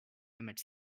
emmett